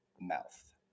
mouth